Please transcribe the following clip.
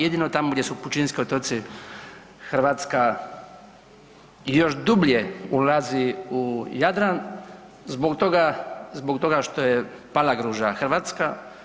Jedino tamo gdje su pučinski otoci Hrvatska i još dublje ulazi u Jadran zbog toga što je Palagruža hrvatska.